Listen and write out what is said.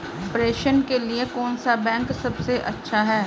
प्रेषण के लिए कौन सा बैंक सबसे अच्छा है?